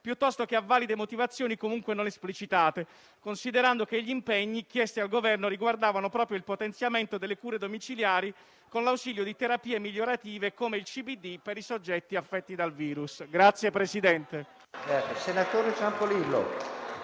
piuttosto che a valide motivazioni comunque non esplicitate, considerando che gli impegni chiesti al Governo riguardavano proprio il potenziamento delle cure domiciliari, con l'ausilio di terapie migliorative, come il CBD per i soggetti affetti dal virus.